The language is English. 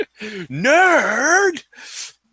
Nerd